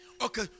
Okay